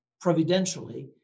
providentially